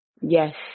Yes